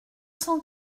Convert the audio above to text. cent